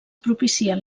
propicien